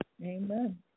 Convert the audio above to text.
Amen